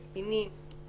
לקטינים,